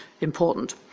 important